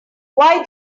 why